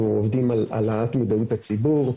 אנחנו עובדים על העלאת מודעות הציבור,